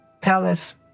palace